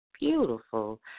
beautiful